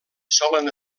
solen